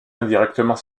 indirectement